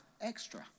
extra